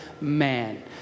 man